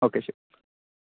okay ശരി